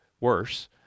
worse